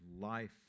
life